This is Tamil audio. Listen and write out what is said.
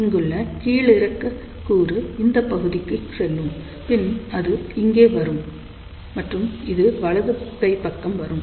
இங்குள்ள கீழிறக்க கூறு இந்தப் பகுதிக்கு செல்லும் பின் அது இங்கே வரும் ம்ற்றும் இது வலதுகைப் பக்கம் வரும்